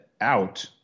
out